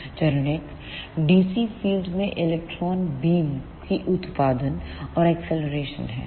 चरण एक DC field में इलेक्ट्रॉन बीम की उत्पादन और एक्सलरेशन है